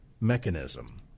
mechanism